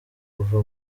kuva